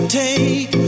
take